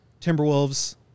Timberwolves